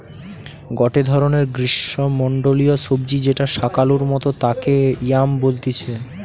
গটে ধরণের গ্রীষ্মমন্ডলীয় সবজি যেটা শাকালুর মতো তাকে য়াম বলতিছে